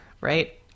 Right